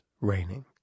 raining